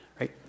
right